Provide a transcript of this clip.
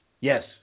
Yes